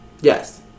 Yes